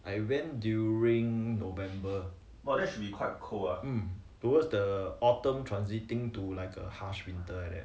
I went during november hmm towards the autumn transiting to like a harsh winter like that